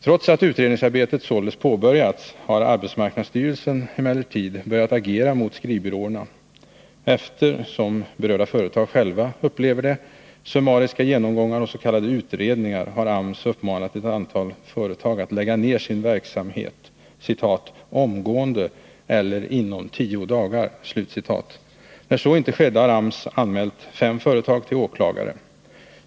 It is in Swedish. Trots att utredningsarbetet således påbörjats har arbetsmarknadsstyrelsen emellertid börjat agera mot skrivbyråerna. Efter — som berörda företag själva upplever det — summariska genomgångar och s.k. utredningar har AMS uppmanat ett antal företag att lägga ner sin verksamhet ”omgående eller inom tio dagar”. När så inte skedde, anmälde AMS fem företag till åklagaren.